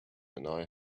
annoy